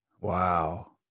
Wow